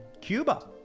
Cuba